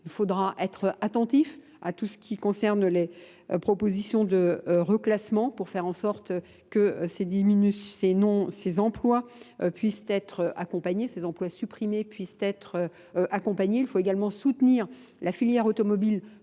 Il faudra être attentif à tout ce qui concerne les propositions de reclassement pour faire en sorte que ces 10 000 emplois puissent être accompagnés, que ces emplois supprimés puissent être accompagnés. Il faut également soutenir la filière automobile